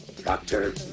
Doctor